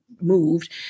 moved